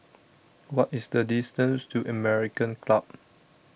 What IS The distance to American Club